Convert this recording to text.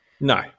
No